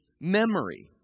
memory